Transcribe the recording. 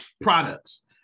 Products